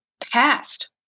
past